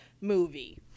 movie